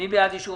אושר